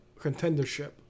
contendership